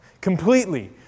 Completely